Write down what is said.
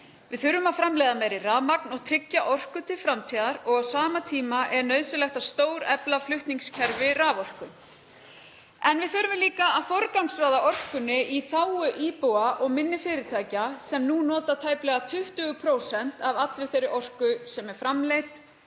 Við þurfum að framleiða meira rafmagn og tryggja orku til framtíðar og á sama tíma er nauðsynlegt að stórefla flutningskerfi raforku. En við þurfum líka að forgangsraða orkunni í þágu íbúa og minni fyrirtækja sem nú nota tæplega 20% af allri þeirri orku sem er framleidd.